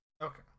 Okay